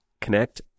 connect